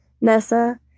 Nessa